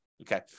Okay